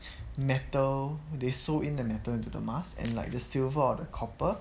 metal they sold in the metal into the mask and like the silver or the copper